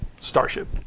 starship